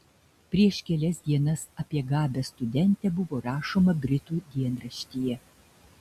prieš kelias dienas apie gabią studentę buvo rašoma britų dienraštyje